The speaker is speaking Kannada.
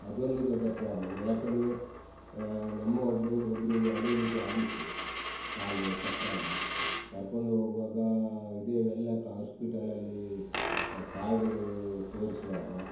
ಅದೊಂದು ದೊಡ್ಡ ಪ್ರಾಬ್ಲಮ್ ಏಕಂದ್ರೆ ನಮ್ಮ ಒಬ್ಬರು ಒಬ್ಬರಿಗೆ ಅದೇ ರೀತಿ ಆಗಿತ್ತು ಕಾಲು ಕಟ್ಟಾಗಿ ಕರ್ಕೊಂಡು ಹೋಗುವಾಗ ಇದೇ ವೆಲ್ಲಕ್ ಹಾಸ್ಪಿಟಲಲ್ಲಿ ಕಾರ್ಡು ತೋರಿಸುವಾಗ